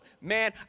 man